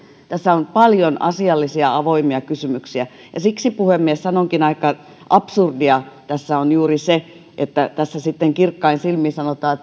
tässä on paljon asiallisia avoimia kysymyksiä siksi puhemies sanonkin että aika absurdia tässä on juuri se että tässä sitten kirkkain silmin sanotaan